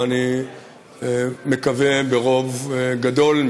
ואני מקווה שברוב גדול,